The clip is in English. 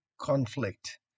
conflict